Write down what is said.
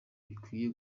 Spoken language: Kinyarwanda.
bikwiye